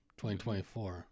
2024